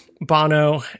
Bono